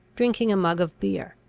drinking a mug of beer.